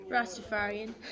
Rastafarian